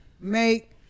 Make